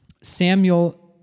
Samuel